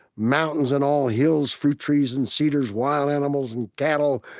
mountains and all hills, fruit trees and cedars, wild animals and cattle,